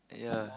yeah